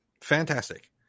fantastic